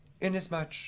Inasmuch